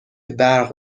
برق